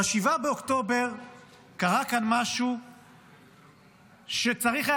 ב-7 באוקטובר קרה כאן משהו שצריך היה